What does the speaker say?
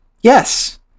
yes